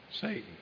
satan